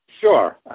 Sure